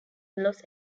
los